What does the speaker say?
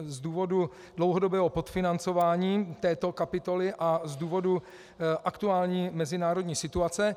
Z důvodu dlouhodobého podfinancování této kapitoly a z důvodu aktuální mezinárodní situace.